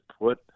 put